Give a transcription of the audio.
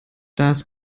das